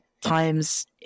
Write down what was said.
times